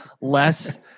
less